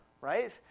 right